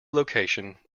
location